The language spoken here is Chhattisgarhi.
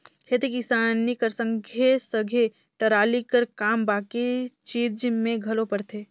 खेती किसानी कर संघे सघे टराली कर काम बाकी चीज मे घलो परथे